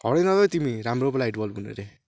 हाउडे नलगाऊ है तिमी राम्रो पो लाइट बल्ब हुनु रे